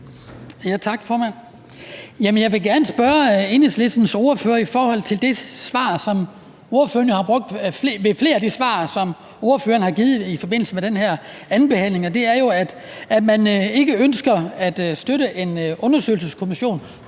Jeg vil gerne spørge Enhedslistens ordfører til det svar, som ordføreren jo har brugt flere gange i forbindelse med den her andenbehandling, nemlig at man ikke ønsker at støtte en undersøgelseskommission